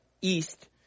east